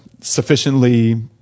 sufficiently